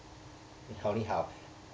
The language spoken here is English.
你好你好